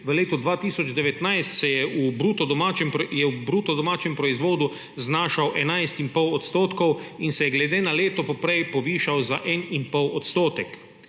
v letu 2019 je v bruto domačem proizvodu znašal 11 in pol odstotkov in se je glede na leto poprej povišal za en in pol odstotek.